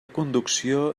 conducció